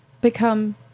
become